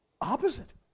opposite